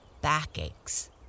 backaches